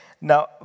Now